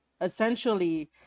essentially